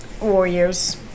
Warriors